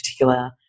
particular